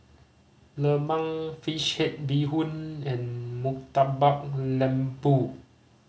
lemang fish head bee hoon and Murtabak Lembu